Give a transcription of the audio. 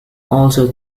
also